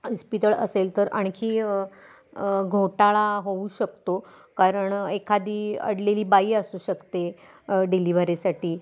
इस्पितळ असेल तर आणखी घोटाळा होऊ शकतो कारण एखादी अडलेली बाई असू शकते डिलिवरीसाठी